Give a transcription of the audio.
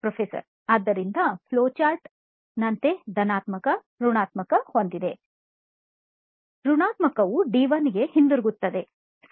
professor ಆದ್ದರಿಂದ flow ಚಾರ್ಟ್ನಂತೆ ಧನಾತ್ಮಕ ಋಣಾತ್ಮಕ ಹೊಂದಿದೆ ಋಣಾತ್ಮಕವು ಡಿ 1 ಗೆ ಹಿಂತಿರುಗುತ್ತದೆ ಸರಿ